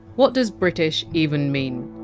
what does british even mean?